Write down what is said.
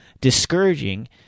discouraging